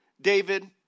David